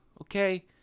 Okay